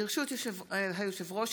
ברשות היושב-ראש,